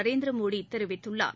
நரேந்திரமோடி தெரிவித்துள்ளார்